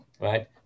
right